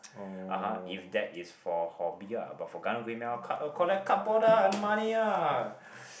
(uh huh) if that is for hobby ah but for karang guni collect cardboard ah earn money ah